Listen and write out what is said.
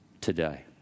today